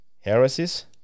heresies